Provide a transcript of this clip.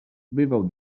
bywał